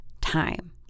time